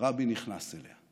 רבין נכנס אליה,